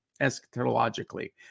eschatologically